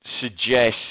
suggest